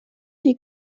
die